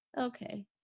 okay